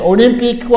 Olympic